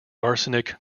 arsenic